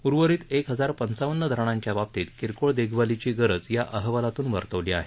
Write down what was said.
उर्वरित एक हजार पंचावन्न धरणांच्या बाबतीत किरकोळ देखभालीची गरज या अहवालातून वर्तवली आहे